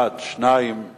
8) (ערר שני ברשות והארכת מעצר או חידושו),